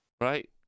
right